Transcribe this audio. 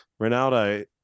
Ronaldo